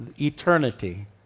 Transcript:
eternity